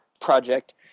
project